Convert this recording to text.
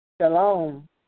Shalom